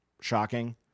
shocking